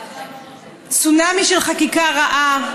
צונאמי של חקיקה רעה,